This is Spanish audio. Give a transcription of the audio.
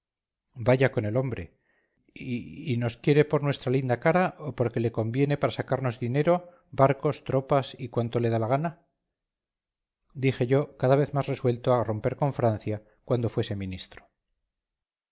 vaya con el hombre y nos quiere por nuestra linda cara o porque le conviene para sacarnos dinero barcos tropas y cuanto le da la gana dije yo cada vez más resuelto a romper con francia cuando fuese ministro